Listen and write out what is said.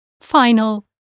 final